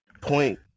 point